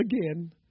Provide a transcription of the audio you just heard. Again